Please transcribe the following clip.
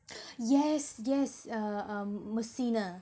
yes yes uh um messina